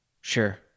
sure